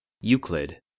Euclid